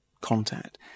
contact